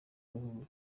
y’amavubi